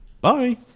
Bye